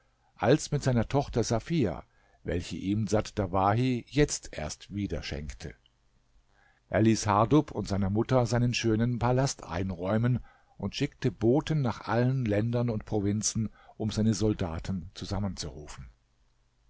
als mit seiner tochter safia welche ihm dsat dawahi jetzt erst wieder schenkte er ließ hardub und seiner mutter seinen schönsten palast einräumen und schickte boten nach allen ländern und provinzen um seine soldaten zusammenzurufen